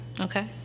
Okay